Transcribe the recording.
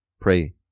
pray